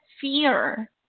fear